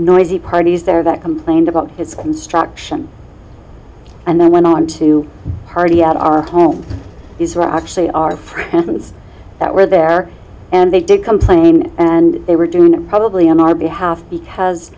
noisy parties there that complained about his construction and then went on to party at our home is right actually our friends that were there and they didn't complain and they were doing and probably on our behalf because